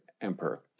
emperor